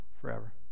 forever